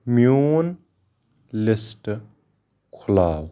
میون لِسٹ کھُلاو